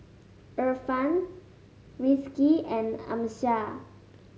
Irfan Rizqi and Amsyar